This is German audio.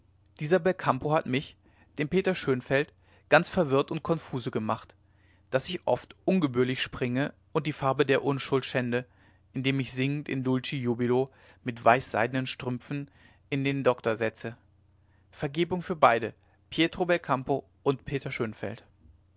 dieser belcampo hat mich den peter schönfeld ganz verwirrt und konfuse gemacht daß ich oft ungebührlich springe und die farbe der unschuld schände indem ich singend in dulci jubilo mit weißseidenen strümpfen in den dr setze vergebung für beide pietro belcampo und peter schönfeld